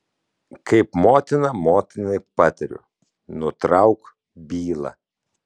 kaip motina motinai patariu nutrauk bylą